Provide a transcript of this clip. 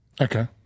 Okay